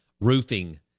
roofing